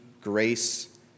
grace